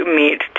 meet